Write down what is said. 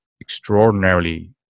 extraordinarily